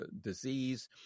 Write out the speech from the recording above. disease